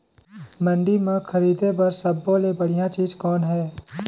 मंडी म खरीदे बर सब्बो ले बढ़िया चीज़ कौन हे?